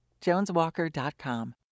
JonesWalker.com